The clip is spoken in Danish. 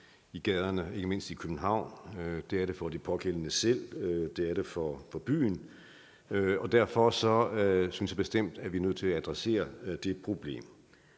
i gaderne, ikke mindst i København. Det er det for de pågældende selv, og det er det for byen, og derfor synes jeg bestemt, vi er nødt til at adressere det problem.